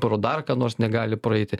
pro dar ką nors negali praeiti